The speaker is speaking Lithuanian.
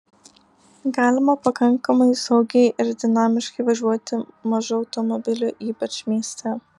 galima pakankamai saugiai ir dinamiškai važiuoti mažu automobiliu ypač mieste